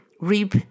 reap